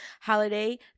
Holiday